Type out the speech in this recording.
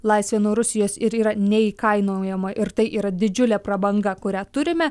laisvė nuo rusijos ir yra neįkainojama ir tai yra didžiulė prabanga kurią turime